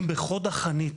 הם בחוד החנית.